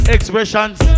Expressions